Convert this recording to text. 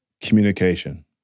communication